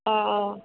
অঁ অঁ